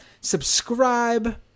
Subscribe